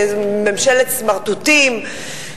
ממשלת סמרטוטים,